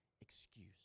excuse